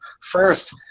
First